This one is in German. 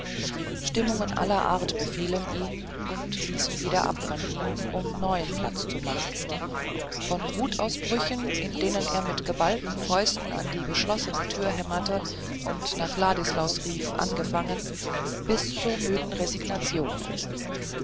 stimmungen aller art befielen ihn und ließen wieder ab von ihm um neuen platz zu machen von wutausbrüchen in denen er mit geballten fäusten an die verschlossene tür hämmerte und nach ladislaus schrie angefangen bis zur müden resignation